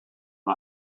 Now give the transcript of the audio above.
and